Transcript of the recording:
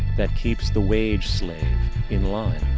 that keeps the wage-slave in line,